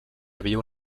havia